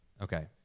okay